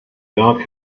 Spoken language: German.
werk